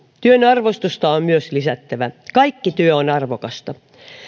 työn arvostusta on myös lisättävä kaikki työ on arvokasta